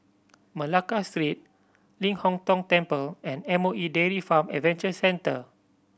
Malacca Street Ling Hong Tong Temple and M O E Dairy Farm Adventure Centre